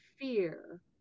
fear